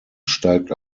steigt